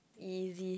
easy